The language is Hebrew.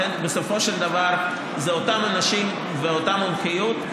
לכן בסופו של דבר זה אותם אנשים ואותה מומחיות.